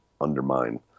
undermine